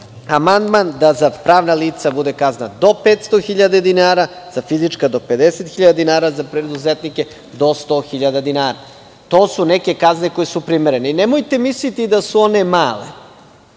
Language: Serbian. amandman da za pravna lica kazna bude do 500.000 dinara, za fizička do 50.000 dinara, a za preduzetnike do 100.000 dinara. To su neke kazne koje su primerene. Nemojte misliti da su one male.